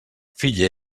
fill